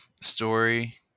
story